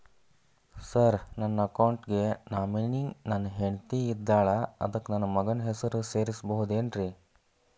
Sir ನನ್ನ account ಗೆ nominee ನನ್ನ ಹೆಂಡ್ತಿ ಇದ್ದಾಳ ಅದಕ್ಕ ನನ್ನ ಮಗನ ಹೆಸರು ಸೇರಸಬಹುದೇನ್ರಿ?